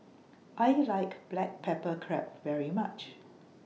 I like Black Pepper Crab very much